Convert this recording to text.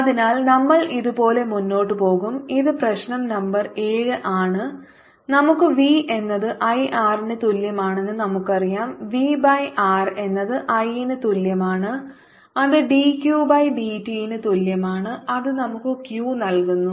അതിനാൽ നമ്മൾ ഇതുപോലെ മുന്നോട്ട് പോകും ഇത് പ്രശ്ന നമ്പർ 7 ആണ് നമുക്ക് V എന്നത് I R ന് തുല്യമാണെന്ന് നമുക്കറിയാം V ബൈ R എന്നത് I ന് തുല്യമാണ് അത് dQ ബൈ dt ന് തുല്യമാണ് അത് നമുക്ക് Q നൽകുന്നു